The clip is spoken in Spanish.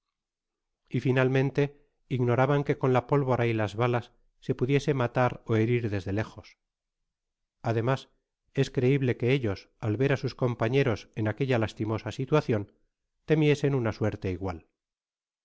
y finalmente ignoraban que con la pólvora y las balas se pudiese matar ó herir desde lejos ademas es creible que ellos al ver á sus compañeros en aquella lastimosa situacion temiesen una suerte igual